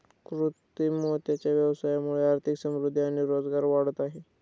कृत्रिम मोत्यांच्या व्यवसायामुळे आर्थिक समृद्धि आणि रोजगार वाढत आहे